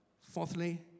Fourthly